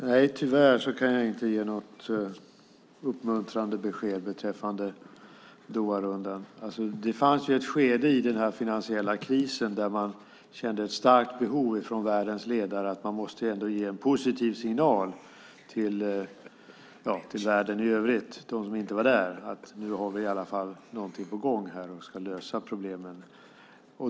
Herr talman! Nej, tyvärr kan jag inte ge något uppmuntrande besked beträffande Doharundan. Det fanns ett skede i den finansiella krisen när världens ledare kände ett starkt behov av att ge en positiv signal till världen i övrigt att nu har vi något på gång och ska lösa problemen.